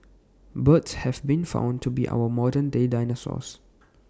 birds have been found to be our modern day dinosaurs